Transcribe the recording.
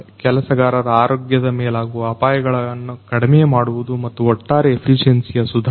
ಕೆಲಸಗಾರರ ಆರೋಗ್ಯದ ಮೇಲಾಗುವ ಅಪಾಯಗಳನ್ನ ಕಡಿಮೆ ಮಾಡುವುದು ಮತ್ತು ಒಟ್ಟಾರೆ ಎಫಿಸಿಯೆನ್ಸಿಯ ಸುಧಾರಣೆ